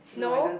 no